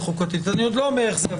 החוקתית אני עוד לא אומר איך זה יבוא